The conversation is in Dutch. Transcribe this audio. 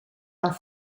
dan